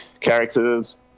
characters